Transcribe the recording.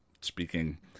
speaking